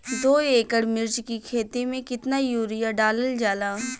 दो एकड़ मिर्च की खेती में कितना यूरिया डालल जाला?